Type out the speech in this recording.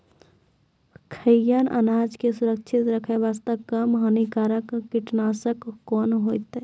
खैहियन अनाज के सुरक्षित रखे बास्ते, कम हानिकर कीटनासक कोंन होइतै?